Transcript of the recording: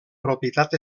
propietat